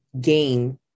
gain